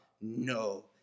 no